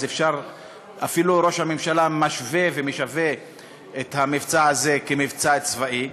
אז אפילו ראש הממשלה מַשווה ומְשווה את המבצע הזה למבצע צבאי.